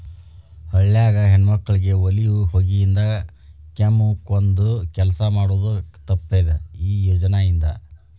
ಹಳ್ಯಾಗ ಹೆಣ್ಮಕ್ಕಳಿಗೆ ಒಲಿ ಹೊಗಿಯಿಂದ ಕೆಮ್ಮಕೊಂದ ಕೆಲಸ ಮಾಡುದ ತಪ್ಪಿದೆ ಈ ಯೋಜನಾ ಇಂದ